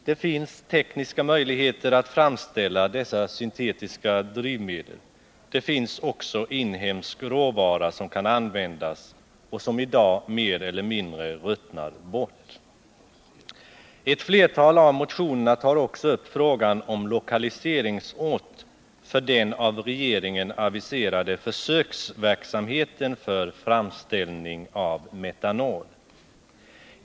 Det finns tekniska möjligheter att framställa dessa syntetiska drivmedel. Det finns också inhemsk råvara som kan användas och som i dag mer eller mindre ruttnar bort. Ett flertal av motionerna tar också upp frågan om lokaliseringsort för den av regeringen aviserade försöksverksamheten för framställning av metanol.